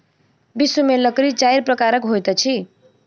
विश्व में लकड़ी चाइर प्रकारक होइत अछि